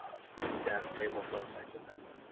student desk tables, those types of things.